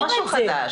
אבל זה לא משהו חדש.